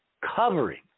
covering